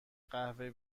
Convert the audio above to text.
قهوه